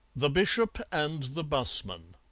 the bishop and the busman